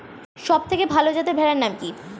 সবথেকে ভালো যাতে ভেড়ার নাম কি?